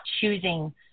choosing